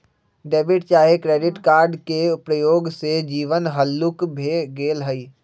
debit चाहे credit card के प्रयोग से जीवन हल्लुक भें गेल हइ